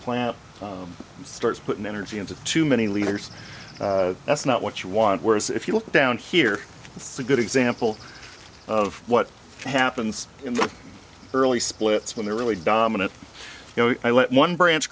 plant starts putting energy into too many leaders that's not what you want whereas if you look down here it's a good example of what happens in the early splits when they're really dominant eye one branch